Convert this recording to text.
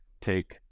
take